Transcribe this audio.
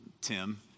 Tim